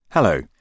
Hello